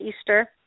Easter